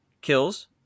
kills